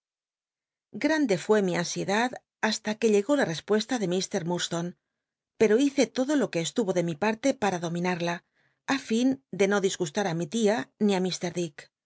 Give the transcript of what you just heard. grande fué mi ansiedad hasta que llegó la acopuesta de mr lurdstone peao hice lodo lo que estuvo de mi parte para dominarla ti fin de no di guslat á mi tia ni